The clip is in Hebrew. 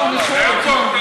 לא מציעים.